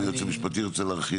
או אם היועץ המשפטי ירצה להרחיב.